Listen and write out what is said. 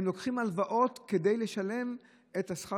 הם לוקחים הלוואות כדי לשלם את שכר